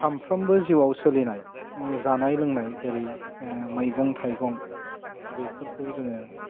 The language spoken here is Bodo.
सामफ्रोमबो जिउवाव सोलिनाय जानाय लोंनाय जेरै मैगं थाइगं बेफोरखौ जोङो